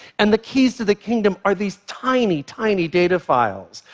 and the keys to the kingdom are these tiny, tiny data files.